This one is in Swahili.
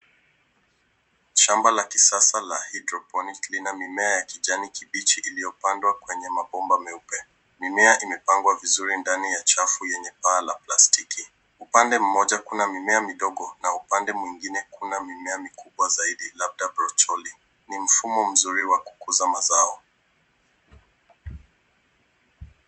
Shamba la kisasa la hydroponic lina mimea ya kijani kibichi iliyopandwa kwa mabomba meupe. Mimea imepangwa vizuri ndani ya chafu yenye paa la plastiki. Upande mmoja kuna mimea mdogo na upande kuna mimea mikubwa zaidi labda brokoli .Ni mfumo mzuri wa kukuza mazao.